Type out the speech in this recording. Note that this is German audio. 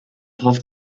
hofft